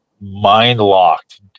mind-locked